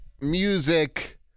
music